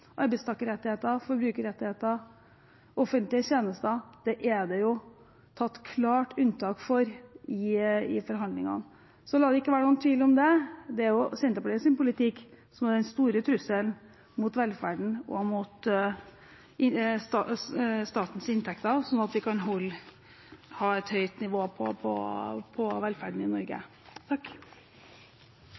arbeidstakerrettigheter, forbrukerrettigheter, offentlige tjenester, er det gjort klart unntak for i forhandlingene, så la det ikke være noen tvil om det. Det er Senterpartiets politikk som er den store trusselen mot velferden og mot statens inntekter, for at vi kan ha et høyt nivå på velferden i Norge.